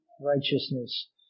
righteousness